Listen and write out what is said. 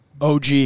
OG